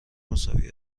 مساوی